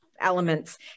elements